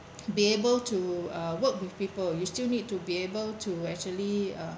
be able to uh work with people you still need to be able to actually uh